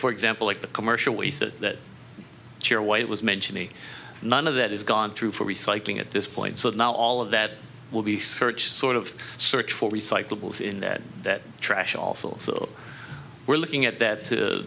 for example at the commercial is that sure why it was mentioning none of that is gone through for recycling at this point so now all of that will be search sort of search for recyclables in that that trash also so we're looking at that